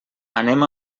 anem